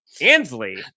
Ansley